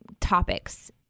topics